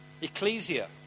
ecclesia